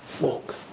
walk